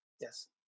Yes